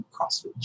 CrossFit